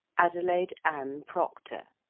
adelaide ann procter